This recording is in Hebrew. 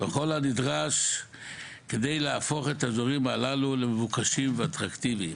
וכל הנדרש כדי להפוך את הדברים הללו למבוקשים ואטרקטיביים.